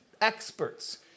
experts